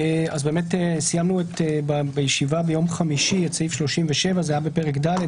אכן בישיבה ביום חמישי סיימנו את סעיף 37 בפרק ד',